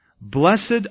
Blessed